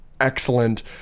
excellent